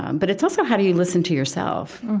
um but it's also, how do you listen to yourself?